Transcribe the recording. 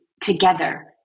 together